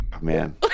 man